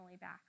back